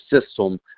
system